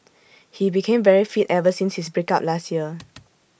he became very fit ever since his break up last year